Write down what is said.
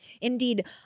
Indeed